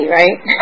right